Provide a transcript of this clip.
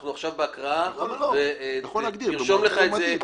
אנחנו נמצאים עכשיו בהקראה ותרשום לך את זה,